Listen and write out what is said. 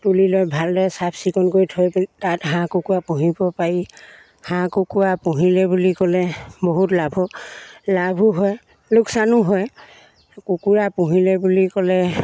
তুলি লৈ ভালদৰে চাফ চিকুণ কৰি থৈ তাত হাঁহ কুকুৰা পুহিব পাৰি হাঁহ কুকুৰা পুহিলে বুলি ক'লে বহুত লাভো লাভো হয় লোকচানো হয় কুকুৰা পুহিলে বুলি ক'লে